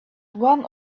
one